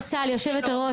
יושבת הראש,